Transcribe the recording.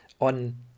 on